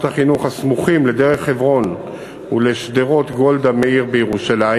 החינוך הסמוכים לדרך חברון ולשדרות גולדה מאיר בירושלים.